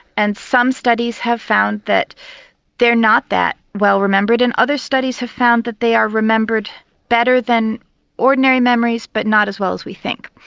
and some studies have found that they're not that well remembered and other studies have found that they are remembered better than ordinary memories but not as well as we think.